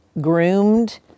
groomed